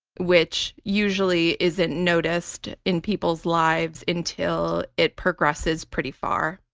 which usually isn't noticed in people's lives until it progresses pretty far.